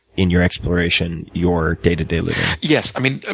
in your exploration, your day-to-day living. yes. i mean, ah